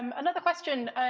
um another question,